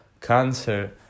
cancer